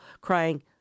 crying